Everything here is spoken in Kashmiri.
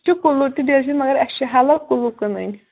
اسہِ چھِ کٔلوٗ تہِ بیٚیہِ چھِ مگر حالَس کٔلوٗ کٔنٕنۍ